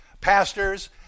pastors